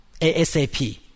ASAP